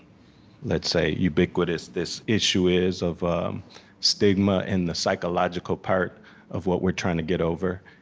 let's say, ubiquitous this issue is, of stigma and the psychological part of what we're trying to get over.